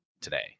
today